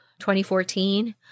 2014